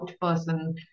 person